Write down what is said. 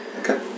Okay